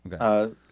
Okay